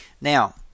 Now